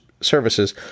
services